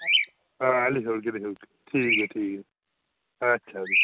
हां लिखी ओड़गे लिखी ओड़गे ठीक ऐ ठीक ऐ अच्छा फ्ही